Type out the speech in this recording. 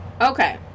Okay